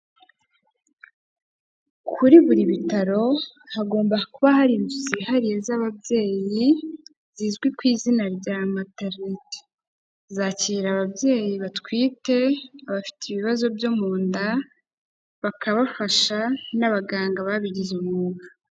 Kuri buri bitaro hagomba kuba hari inzu zihariye z'ababyeyi, zizwi ku izina rya matarineri. Zakira ababyeyi batwite, abafite ibibazo byo mu nda bakabafasha, n'abaganga babigize umwuga.